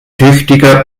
tüchtiger